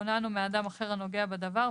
מכונן או מאדם אחר הנוגע בדבר,